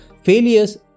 Failures